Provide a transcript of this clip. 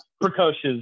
precocious